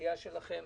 העשייה שלכם.